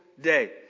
day